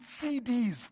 CDs